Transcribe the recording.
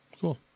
cool